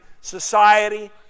society